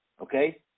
okay